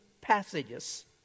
passages